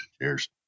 cheers